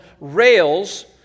rails